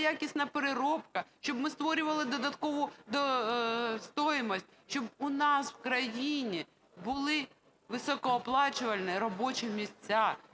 якісна переробка, щоб ми створювали додаткову стоимость. Щоб у нас в країні були високооплачувані робочі місця,